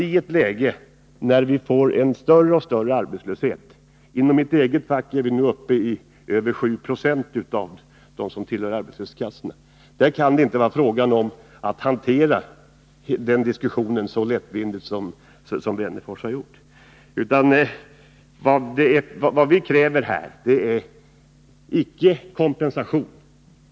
I ett läge när man får större och större arbetslöshet - inom mitt eget fack är den nu uppe i över 7 Jo av dem som tillhör arbetslöshetskassan — kan det inte bli fråga om att hantera diskussionen så lättvindigt som Alf Wennerfors har gjort. Vi kräver inte kompensation.